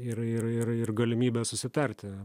ir ir ir ir galimybė susitarti